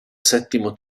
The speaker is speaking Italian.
settimo